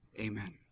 Amen